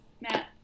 matt